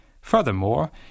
Furthermore